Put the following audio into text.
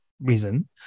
reason